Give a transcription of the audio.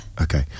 Okay